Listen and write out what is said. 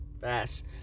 Fast